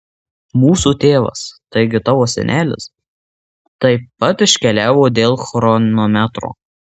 mūsų tėvas taigi tavo senelis taip pat iškeliavo dėl chronometro